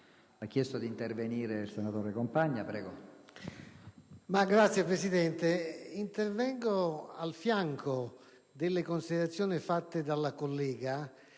Grazie, Presidente.